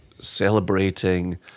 celebrating